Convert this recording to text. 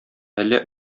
әллә